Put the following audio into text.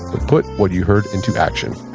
but put what you heard into action